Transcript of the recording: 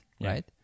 right